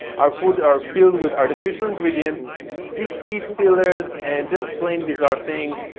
our food are filled with artificial ingredients, sticky filers and just plain bizarre things.